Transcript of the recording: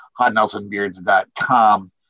hotnelsonbeards.com